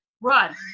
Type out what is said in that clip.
run